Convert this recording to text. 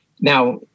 now